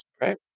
right